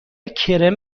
کرم